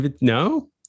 No